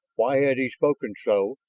why had he spoken so,